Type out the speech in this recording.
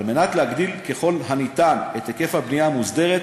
על מנת להגדיל ככל הניתן את היקף הבנייה המוסדרת